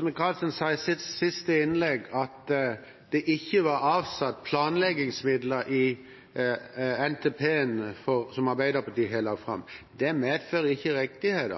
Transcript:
Michaelsen sa i sitt siste innlegg at det ikke var avsatt planleggingsmidler i NTP-en som Arbeiderpartiet har lagt fram. Det medfører ikke riktighet.